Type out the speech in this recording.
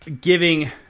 Giving